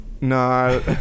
No